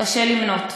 קשה למנות.